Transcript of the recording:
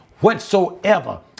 whatsoever